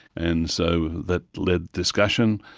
and so that led discussion.